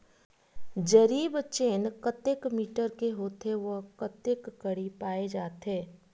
जरीब चेन कतेक मीटर के होथे व कतेक कडी पाए जाथे?